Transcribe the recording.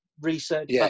research